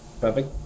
Perfect